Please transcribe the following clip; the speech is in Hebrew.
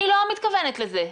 אני לא מתכוונת לזה.